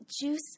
Juice